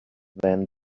then